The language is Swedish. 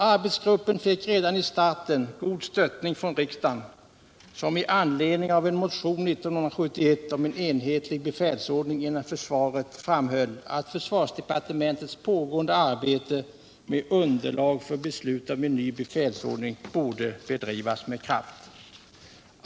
Arbetsgruppen fick redan i starten god stöttning från riksdagen, som med anledning av en motion 1971 om en enhetlig befälsordning inom försvaret framhöll att försvarsdepartementets pågående arbete med underlag för beslut om en ny befälsordning borde bedrivas med kraft.